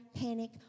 panic